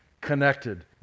connected